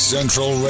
Central